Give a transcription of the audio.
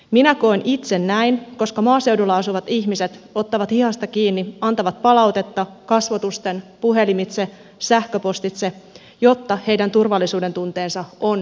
minä koen itse näin koska maaseudulla asuvat ihmiset ottavat hihasta kiinni antavat palautetta kasvotusten puhelimitse sähköpostitse että heidän turvallisuudentunteensa on heikentynyt